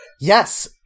Yes